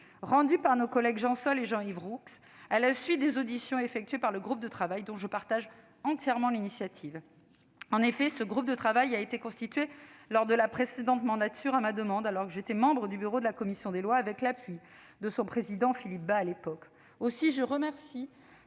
rendu par nos collègues Jean Sol et Jean-Yves Roux à la suite des auditions menées par un groupe de travail dont j'approuve entièrement l'initiative. En effet, ce groupe de travail a été constitué lors de la précédente mandature, à ma demande, alors que j'étais membre du bureau de la commission des lois, et avec l'appui de son président d'alors, Philippe Bas. Aussi, je remercie